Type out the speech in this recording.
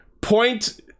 point